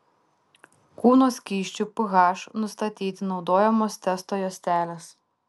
kūno skysčių ph nustatyti naudojamos testo juostelės